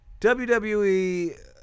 WWE